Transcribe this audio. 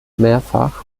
mehrfach